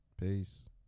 Peace